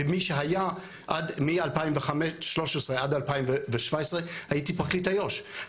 כמי שהיה מ- 2013 עד 2017 הייתי פרקליט איו"ש,